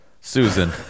Susan